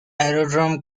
aerodrome